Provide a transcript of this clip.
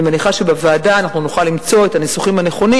אני מניחה שבוועדה אנחנו נוכל למצוא את הניסוחים הנכונים